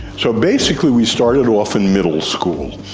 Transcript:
so basically we started off in middle school.